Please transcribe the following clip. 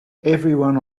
everyone